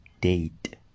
date